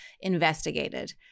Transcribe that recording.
investigated